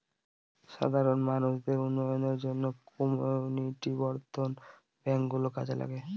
সাধারণ মানুষদের উন্নয়নের জন্য কমিউনিটি বর্ধন ব্যাঙ্ক গুলো কাজে লাগে